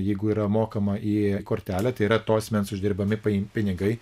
jeigu yra mokama į kortelę tai yra to asmens uždirbami paim pinigai